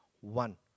one